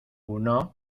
uno